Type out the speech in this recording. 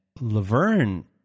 Laverne